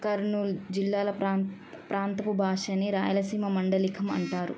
కర్నూలు జిల్లాల ప్రాంత ప్రాంతపు భాషని రాయలసీమ మాండలికం అంటారు